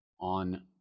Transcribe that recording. on